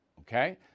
okay